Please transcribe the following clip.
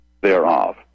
thereof